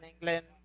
England